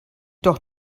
doch